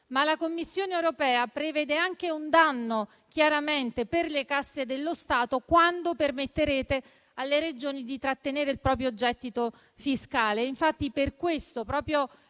La Commissione europea, però, prevede anche un danno per le casse dello Stato, quando permetterete alle Regioni di trattenere il proprio gettito fiscale. Per questo, proprio